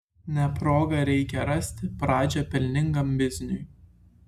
ne progą reikia rasti pradžią pelningam bizniui